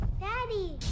Daddy